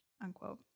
unquote